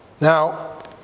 Now